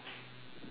you know